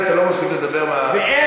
כי אתה לא מפסיק לדבר מהספסלים.